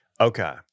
Okay